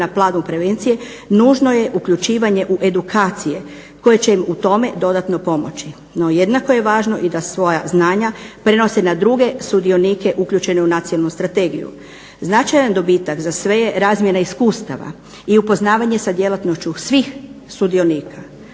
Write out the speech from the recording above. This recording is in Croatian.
na pragu prevencije nužno je uključivanje u edukacije koje će im u tome dodatno pomoći. No, jednako je važno i da svoja znanja prenose na druge sudionike uključene u nacionalnu strategiju. Značajan dobitak za sve je razmjena iskustava i upoznavanje sa djelatnošću svih sudionika.